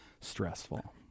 stressful